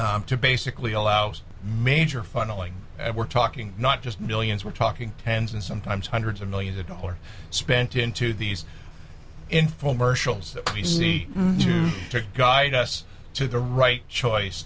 to basically allows major funneling and we're talking not just millions we're talking tens and sometimes hundreds of millions of dollars spent into these infomercials that we see to guide us to the right choice